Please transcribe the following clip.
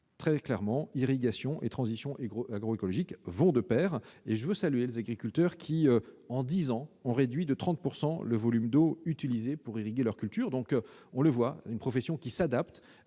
très clairement, irrigation et transition agro-écologique vont de pair. À cet égard, je salue les agriculteurs, qui, en dix ans, ont réduit de 30 % le volume d'eau utilisé pour irriguer leurs cultures. On le voit, cette profession s'adapte